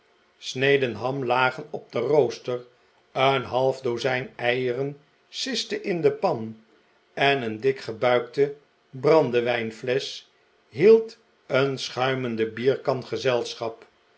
sneden ham lagen op den rooster een half dozijn eieren siste in de pan en een dikgebuikte brand e wij nflesch hield een schuimende bierkan gezelschap